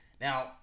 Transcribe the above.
now